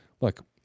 look